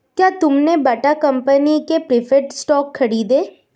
क्या तुमने Bata company के प्रिफर्ड स्टॉक खरीदे?